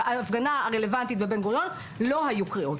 בהפגנה הרלוונטית בבן גוריון לא היו קריאות.